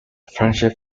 friendship